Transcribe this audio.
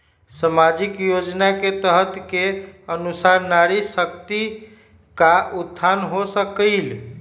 सामाजिक योजना के तहत के अनुशार नारी शकति का उत्थान हो सकील?